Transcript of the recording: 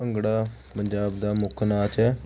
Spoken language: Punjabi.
ਭੰਗੜਾ ਪੰਜਾਬ ਦਾ ਮੁੱਖ ਨਾਚ ਹੈ